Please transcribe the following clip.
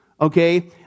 okay